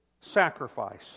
sacrifice